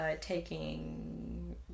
taking